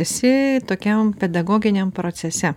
esi tokiam pedagoginiam procese